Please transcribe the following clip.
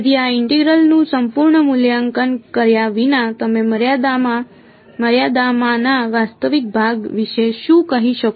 તેથી આ ઇન્ટિગ્રલ નું સંપૂર્ણ મૂલ્યાંકન કર્યા વિના તમે મર્યાદામાંના વાસ્તવિક ભાગ વિશે શું કહી શકો